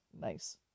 Nice